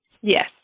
Yes